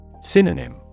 Synonym